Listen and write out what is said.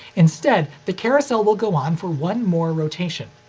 instead, the carousel will go on for one more rotation.